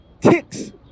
ticks